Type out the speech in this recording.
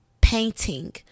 painting